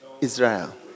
Israel